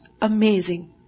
Amazing